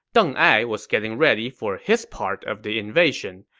deng ai was getting ready for his part of the invasion.